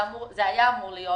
זה היה אמור להיות